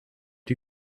die